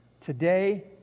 Today